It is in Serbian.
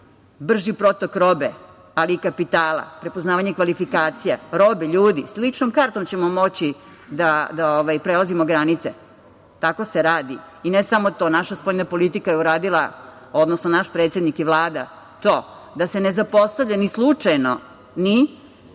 brži protok robe, ali i kapitala, prepoznavanje kvalifikacije, robe, ljudi. Sa ličnom kartom ćemo moći da prelazimo granice. Tako se radi. Ne samo to. Naša spoljna politika je uradila, odnosno naš predsednik i Vlada to da se ne zapostavlja ni slučajno ni